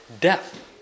Death